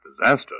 Disaster